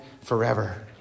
forever